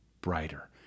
brighter